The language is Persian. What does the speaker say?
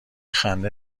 خنده